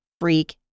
freak